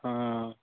ᱦᱟᱸᱻ